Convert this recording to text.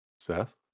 Seth